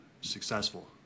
successful